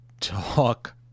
talk